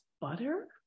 butter